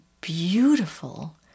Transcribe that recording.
beautiful